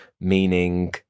meaning